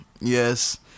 yes